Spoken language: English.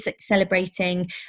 celebrating